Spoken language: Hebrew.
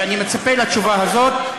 ואני מצפה לתשובה הזאת.